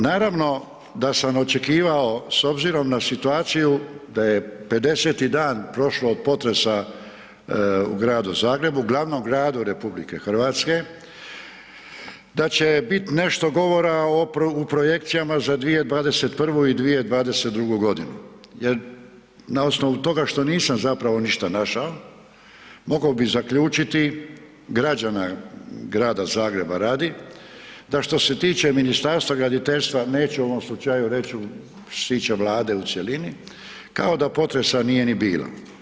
Naravno da sam očekivao s obzirom na situaciju da je 50-ti dan prošlo od potresa u Gradu Zagrebu, u glavnom gradu RH, da će bit nešto govora o, u projekcijama za 2021. i 2022.g. jer na osnovu toga što nisam zapravo ništa našao mogao bi zaključiti građana Grada Zagreba radi, da što se tiče Ministarstva graditeljstva neću u ovom slučaju reći što se tiče Vlade u cjelini, kao da potresa nije ni bilo.